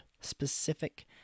specific